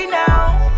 now